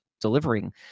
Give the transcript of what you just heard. delivering